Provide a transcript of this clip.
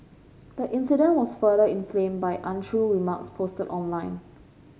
the incident was further inflame by untrue remarks posted online